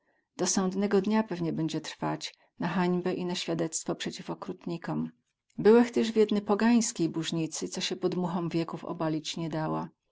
do sądnego dnia pewnie bedzie trwać na hańbę i na świadectwo przeciw okrutnikom byłech tyz w jednej pogańskiej bóżnicy co sie podmuchom wieków obalić nie dała